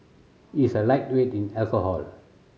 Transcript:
he is a lightweight in alcohol